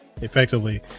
Effectively